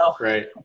right